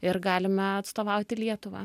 ir galime atstovauti lietuvą